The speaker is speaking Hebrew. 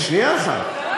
שנייה אחת.